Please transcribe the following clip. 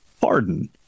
pardon